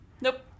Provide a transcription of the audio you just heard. nope